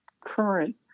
current